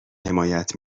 حمایت